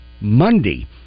monday